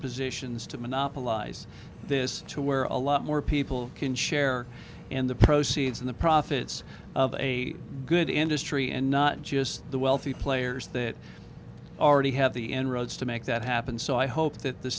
positions to monopolize this to where a lot more people can share in the proceeds in the profits of a good industry and not just the wealthy players that already have the end roads to make that happen so i hope that the